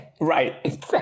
Right